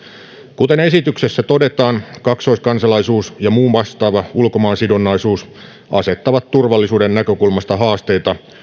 kuten esityksessä todetaan kaksoiskansalaisuus ja muu vastaava ulkomaansidonnaisuus asettavat turvallisuuden näkökulmasta haasteita